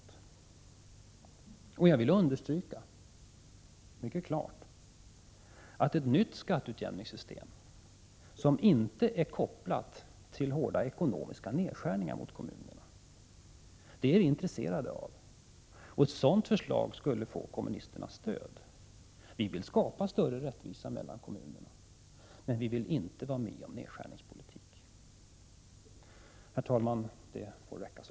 Jag vill mycket starkt understryka att vi är intresserade av ett nytt skatteutjämningssystem, som inte är kopplat till hårda ekonomiska nedskärningar mot kommunerna. Ett sådant förslag skulle få kommunisternas stöd. Vi vill skapa större rättvisa mellan kommunerna. Men vi vill inte vara med om nedskärningspolitik.